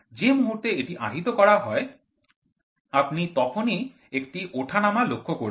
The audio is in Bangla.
যে মুহূর্তে এটি আহিত করা হয় আপনি তখনই একটি ওঠানামার লক্ষ্য করবেন